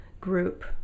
group